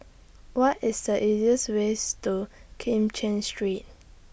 What IS The easiest ways to Kim Cheng Street